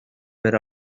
ver